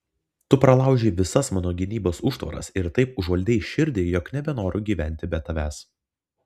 tu pralaužei visas mano gynybos užtvaras ir taip užvaldei širdį jog nebenoriu gyventi be tavęs